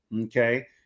Okay